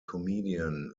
comedian